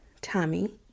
Tommy